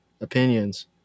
opinions